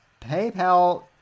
PayPal